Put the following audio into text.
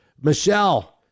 Michelle